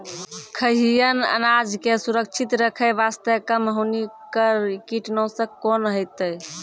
खैहियन अनाज के सुरक्षित रखे बास्ते, कम हानिकर कीटनासक कोंन होइतै?